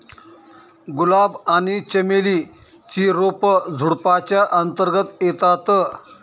गुलाब आणि चमेली ची रोप झुडुपाच्या अंतर्गत येतात